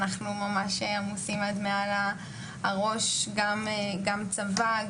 אנחנו ממש עמוסים עד מעל הראש גם צבא,